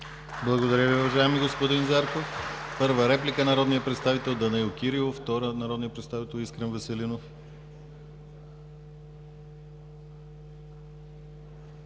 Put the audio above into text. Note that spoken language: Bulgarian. Благодаря Ви, уважаеми господин Зарков. Първа реплика – народният представител Данаил Кирилов, втора – народният представител Искрен Веселинов.